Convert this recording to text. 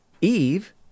Eve